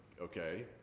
okay